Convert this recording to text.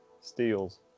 Steals